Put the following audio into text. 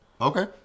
Okay